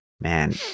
man